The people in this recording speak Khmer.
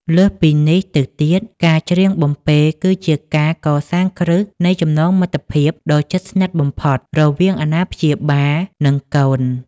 លើសពីនេះទៅទៀត ការច្រៀងបំពេគឺជាការកសាងគ្រឹះនៃចំណងមិត្តភាពដ៏ជិតស្និទ្ធបំផុតរវាងអាណាព្យាបាល និងកូន។